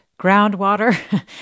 groundwater